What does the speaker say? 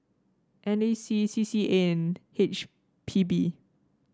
N A C C C A and H P B